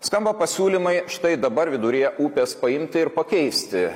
skamba pasiūlymai štai dabar viduryje upės paimti ir pakeisti